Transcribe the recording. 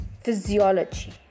physiology